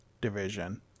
division